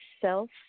self